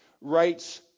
writes